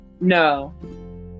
No